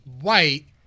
white